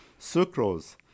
sucrose